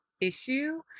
issue